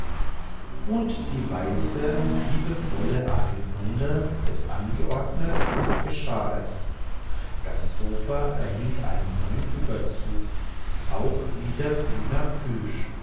und wie die weiße und liebevolle adelgunde es angeordnet so geschah es das sofa erhielt einen neuen überzug auch wieder grüner plüsch